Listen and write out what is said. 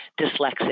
dyslexic